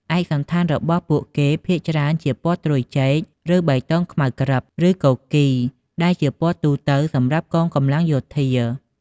ឯកសណ្ឋានរបស់ពួកគេភាគច្រើនជាពណ៌ត្រួយចេក ឬបៃតងខ្មៅក្រឹប ឬកាគី ដែលជាពណ៌ទូទៅសម្រាប់កងកម្លាំងយោធា។